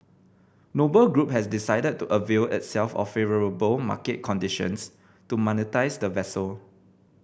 Noble Group has decided to avail itself of favourable market conditions to monetise the vessel